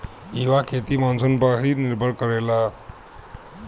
इहवा खेती मानसून पअ ही निर्भर करेला